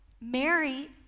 Mary